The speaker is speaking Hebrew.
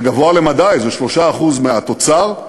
זה גבוה למדי, זה 3% מהתוצר,